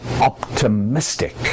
optimistic